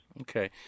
Okay